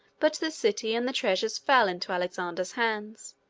but the city and the treasures fell into alexander's hands.